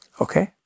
Okay